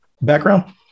background